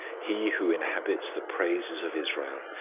he who inhabits the praises of israel,